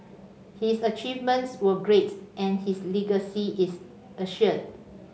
his achievements were great and his is assured